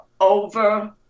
over